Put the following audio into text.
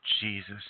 Jesus